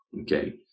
okay